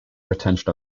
retention